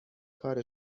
کار